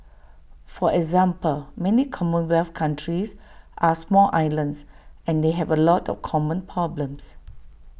for example many commonwealth countries are small islands and they have A lot of common problems